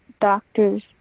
doctors